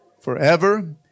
forever